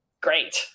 great